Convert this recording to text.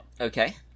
Okay